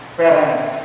parents